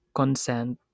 consent